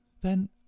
Then